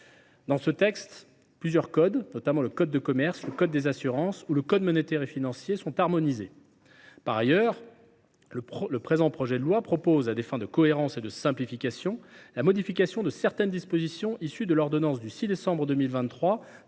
Dans ce Ddadue, plusieurs codes, dont le code de commerce, le code des assurances et le code monétaire et financier, font l’objet d’une harmonisation. Par ailleurs, le présent projet de loi prévoit, à des fins de cohérence et de simplification, la modification de certaines dispositions issues de l’ordonnance du 6 décembre 2023